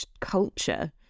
culture